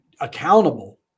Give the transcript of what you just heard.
accountable